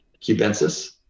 Cubensis